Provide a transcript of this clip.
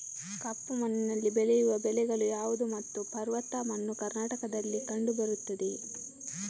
ಕಪ್ಪು ಮಣ್ಣಿನಲ್ಲಿ ಬೆಳೆಯುವ ಬೆಳೆಗಳು ಯಾವುದು ಮತ್ತು ಪರ್ವತ ಮಣ್ಣು ಕರ್ನಾಟಕದಲ್ಲಿ ಕಂಡುಬರುತ್ತದೆಯೇ?